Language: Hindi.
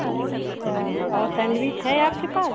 अच्छा और सैंडविच है आपके पास